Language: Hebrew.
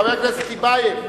חבר הכנסת טיבייב,